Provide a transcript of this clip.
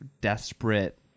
desperate